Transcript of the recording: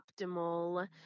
optimal